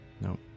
Nope